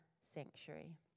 sanctuary